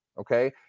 okay